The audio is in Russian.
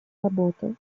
работу